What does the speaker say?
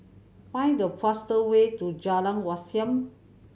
find the fastest way to Jalan Wat Siam